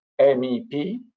MEP